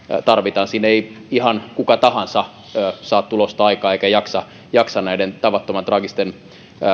tarvitaan siinä ei ihan kuka tahansa saa tulosta aikaan eikä jaksa jaksa näiden tavattoman traagisten